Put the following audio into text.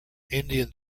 indian